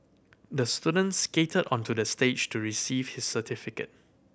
the student skated onto the stage to receive his certificate